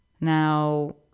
Now